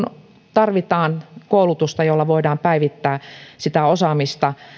tarvitaan koulutusta jolla voidaan päivittää sitä osaamista